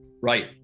right